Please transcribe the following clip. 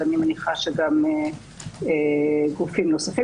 ואני מניחה שגם גופים נוספים.